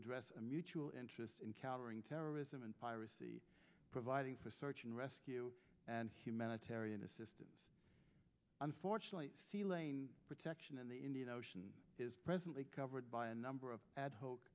address a mutual interest in countering terrorism and piracy providing for search and rescue and humanitarian assistance unfortunately see lane protection in the indian ocean is presently covered by a number of ad h